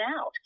out